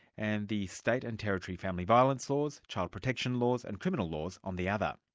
and the state and territory family violence laws, child protection laws and criminal laws on the other.